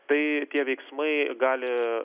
tai tie veiksmai gali